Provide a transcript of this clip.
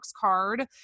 card